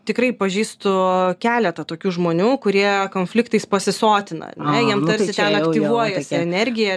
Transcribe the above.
tikrai pažįstu keletą tokių žmonių kurie konfliktais pasisotina ar ne jiem tarsi ten aktyvuojasi energija